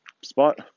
spot